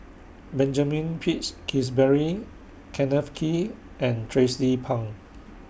Benjamin Peach Keasberry Kenneth Kee and Tracie Pang